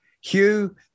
Hugh